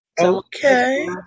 Okay